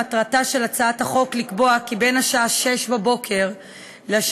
מטרתה של הצעת החוק לקבוע כי בין השעה 06:00 לשעה